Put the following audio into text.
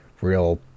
real